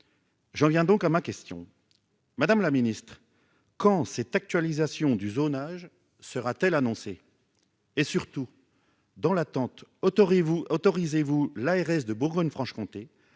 j'en viens donc à ma question, madame la Ministre quand cette actualisation du zonage sera-t-elle annoncé et surtout dans l'attente autori vous autorisez-vous l'ARS de Bourgogne-Franche-Comté,